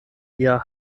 eher